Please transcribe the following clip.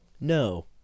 No